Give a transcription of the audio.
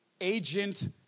agent